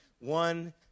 one